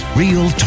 real